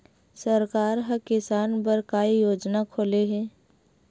सरकार ह किसान बर का योजना खोले हे?